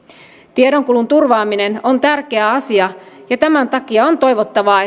tiedonkulun turvaaminen on tärkeä asia ja tämän takia on toivottavaa